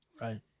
Right